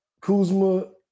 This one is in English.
Kuzma